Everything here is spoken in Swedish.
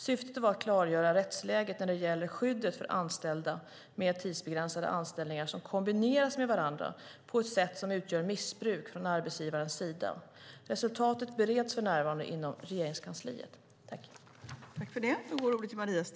Syftet var att klargöra rättsläget när det gäller skyddet för anställda med tidsbegränsade anställningar som kombineras med varandra på ett sätt som utgör missbruk från arbetsgivarens sida. Resultatet bereds för närvarande inom Regeringskansliet.